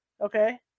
Okay